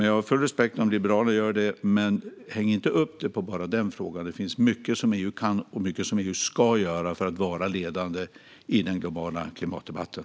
Jag har full respekt om Liberalerna vill göra det. Men häng inte upp det på bara den frågan. Det finns mycket som EU kan och ska göra för att vara ledande i den globala klimatdebatten.